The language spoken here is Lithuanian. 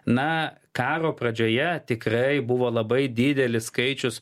na karo pradžioje tikrai buvo labai didelis skaičius